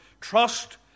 Trust